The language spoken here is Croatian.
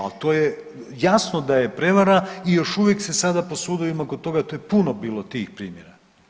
Ali to je jasno da je prevara i još uvijek se sada po sudovima, oko toga to je puno bilo tih primjera.